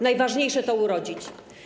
Najważniejsze to urodzić.